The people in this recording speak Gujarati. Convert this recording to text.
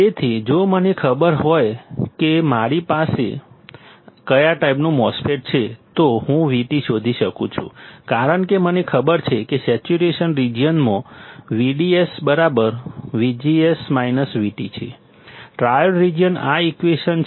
તેથી જો મને ખબર હોય કે મારી પાસે કયા ટાઈપનું MOSFET છે તો હું VT શોધી શકું છું કારણ કે મને ખબર છે કે સેચ્યુરેશન રિજિયનમાં VDS VGS VT triode region આ ઈક્વેશન છે